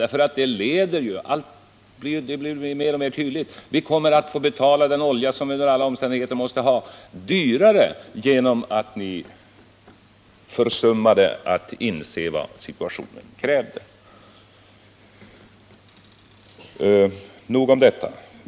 Det blir ju mer och mer tydligt att vi kommer att få betala den olja, som vi under alla omständigheter måste ha, dyrare genom att ni försummade-att inse vad situationen krävde. Nog om detta.